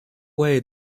way